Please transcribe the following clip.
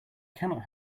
cannot